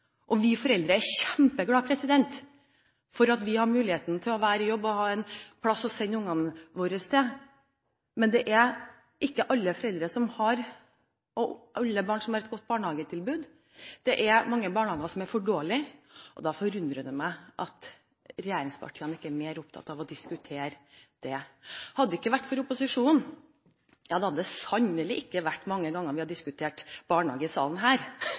har vi fantastisk mange gode barnehager, og vi foreldre er kjempeglad for at vi har muligheten til å være i jobb og ha et sted å sende ungene våre, men det er ikke alle barn som har et godt barnehagetilbud. Det er mange barnehager som er for dårlige, og da forundrer det meg at regjeringspartiene ikke er mer opptatt av å diskutere det. Hadde det ikke vært for opposisjonen, hadde det sannelig ikke vært mange ganger vi hadde diskutert barnehage i salen her,